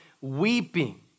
weeping